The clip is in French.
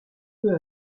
peu